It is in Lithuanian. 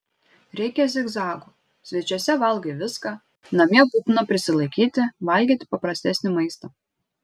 reikia zigzagų svečiuose valgai viską namie būtina prisilaikyti valgyti paprastesnį maistą